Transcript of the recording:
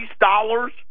dollars